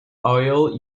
oil